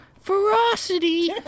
ferocity